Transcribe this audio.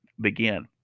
begin